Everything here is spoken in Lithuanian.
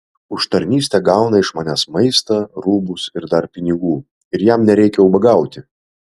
už tarnystę gauna iš manęs maistą rūbus ir dar pinigų ir jam nereikia ubagauti